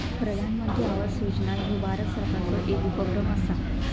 प्रधानमंत्री आवास योजना ह्यो भारत सरकारचो येक उपक्रम असा